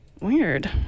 Weird